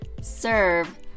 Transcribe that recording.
serve